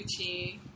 Gucci